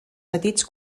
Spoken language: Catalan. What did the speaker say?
petits